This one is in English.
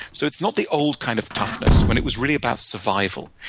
so it's not the old kind of toughness, when it was really about survival.